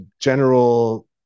general